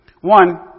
one